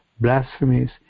blasphemies